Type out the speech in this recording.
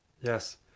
Yes